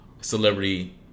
Celebrity